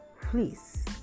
please